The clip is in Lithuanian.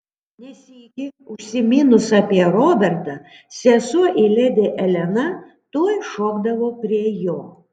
ne sykį užsiminus apie robertą sesuo ir ledi elena tuoj šokdavo prie jo